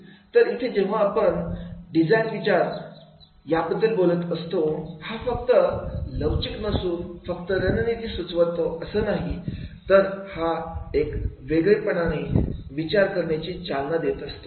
तर इथे जेव्हा आपण डिझाईन विचार याबद्दल बोलत असतो हा फक्त लवचिक नसून फक्त रणनीती सुचवतो असेच नाही तर हा वेगळेपणाने विचार करण्यात चालना देत असतो